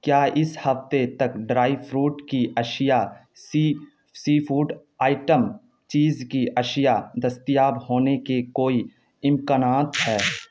کیا اس ہفتے تک ڈرائی فروٹ کی اشیاء سی سی فوڈ آئٹم چیز کی اشیاء دستیاب ہونے کے کوئی امکانات ہیں